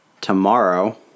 tomorrow